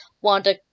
Wanda